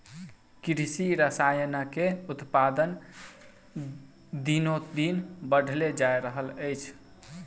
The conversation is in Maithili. कृषि रसायनक उत्पादन दिनोदिन बढ़ले जा रहल अछि